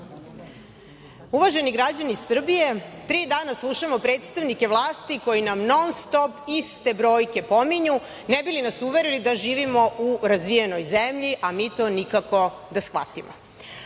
Uvaženi građani Srbije, tri dana slušamo predstavnike vlasti koji nam non-stop iste brojke pominju ne bi li nas uverili da živimo u razvijenoj zemlji, a mi to nikako da shvatimo. Kada